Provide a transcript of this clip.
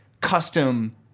custom